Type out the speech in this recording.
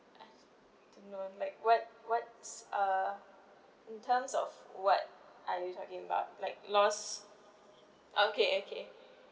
to know like what what's uh in terms of what are you talking about like lost okay okay